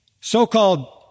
so-called